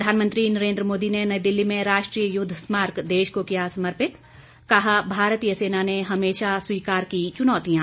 प्रधानमंत्री नरेन्द्र मोदी ने नई द दिल्ली में राष्ट्रीय युद्ध स्मारक देश को किया समर्पित कहा भारतीय सेना ने हमेशा स्वीकार की चुनौतियां